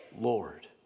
Lord